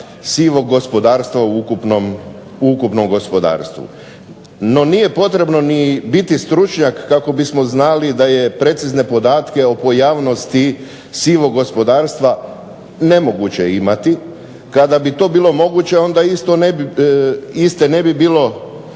sivog gospodarstva u ukupnom gospodarstvu. No nije potrebno biti stručnjak kako bismo znali da je precizne podatke o pojavnosti sivog gospodarstva nemoguće imati. Kada bi to bilo moguće onda ne bi bilo